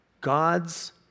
God's